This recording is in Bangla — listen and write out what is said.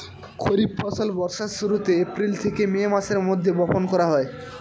খরিফ ফসল বর্ষার শুরুতে, এপ্রিল থেকে মে মাসের মধ্যে, বপন করা হয়